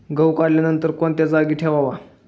गहू काढल्यानंतर कोणत्या जागी ठेवावा?